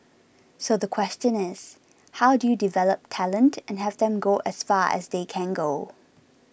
so the question is how do you develop talent and have them go as far as they can go